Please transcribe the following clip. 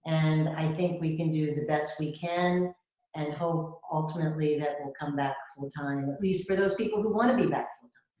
and i think we can do the best we can and hope, ultimately, that we'll come back full time, at least for those people who want to be back full time.